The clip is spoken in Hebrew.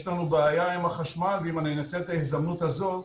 יש לנו בעיה עם החשמל ואם אנצל את ההזדמנות הזאת,